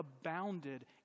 abounded